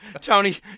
Tony